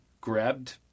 grabbed